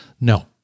No